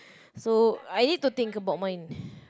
so I need to think about mine